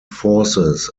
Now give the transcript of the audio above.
forces